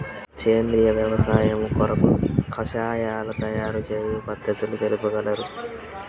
సేంద్రియ వ్యవసాయము కొరకు కషాయాల తయారు చేయు పద్ధతులు తెలుపగలరు?